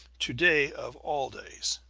to-day of all days.